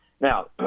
Now